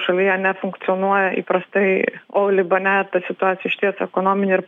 šalyje nefunkcionuoja įprastai o libane ta situacija išties ekonominė ir